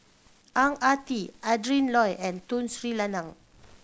Ang Ah Tee Adrin Loi and Tun Sri Lanang